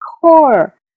core